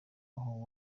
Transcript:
aho